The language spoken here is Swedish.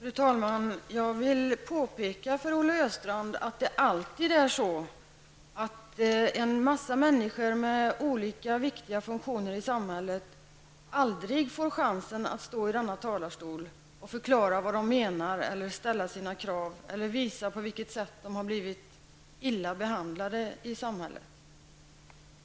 Fru talman! Jag vill påpeka för Olle Östrand att det alltid är en massa människor med olika viktiga funktioner i samhället som aldrig får chansen att stå i denna talarstol, förklara vad de menar, ställa sina krav eller visa på vilket sätt de har blivit illa behandlade i samhället.